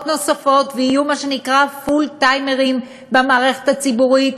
נוספות ויהיו מה שנקרא "פול-טיימרים" במערכת הציבורית,